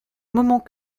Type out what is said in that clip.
moment